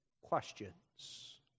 questions